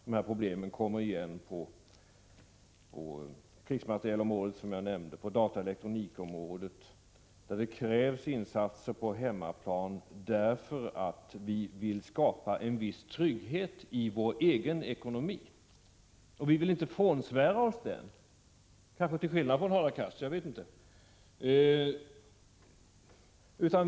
De här problemen kommer givetvis igen på krigsmaterielområdet, som jag redan nämnt, och på dataoch elektronikområdet, där det krävs insatser på hemmaplan därför att vi vill skapa en viss trygghet i vår egen ekonomi. Vi vill inte — jag vet inte om det är till skillnad från Hadar Cars — frånsvära oss den tryggheten.